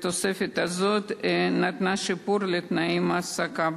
התוספת הזאת נתנה שיפור לתנאי ההעסקה.